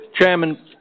Chairman